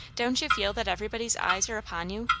don't you feel that everybody's eyes are upon you,